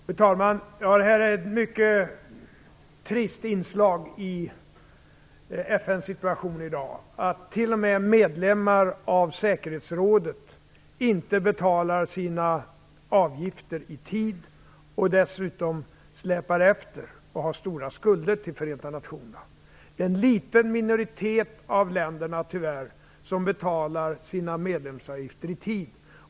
Fru talman! Det är ett mycket trist inslag i FN:s situation i dag att t.o.m. medlemmar av säkerhetsrådet inte betalar sina avgifter i tid och dessutom släpar efter och har stora skulder till Förenta nationerna. Det är, tyvärr, bara en liten minoritet av länderna som betalar sina medlemsavgifter i tid.